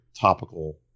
topical